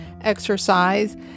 exercise